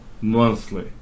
monthly